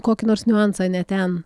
kokį nors niuansą ne ten